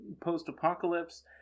post-apocalypse